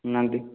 ନାହାଁନ୍ତି